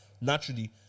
Naturally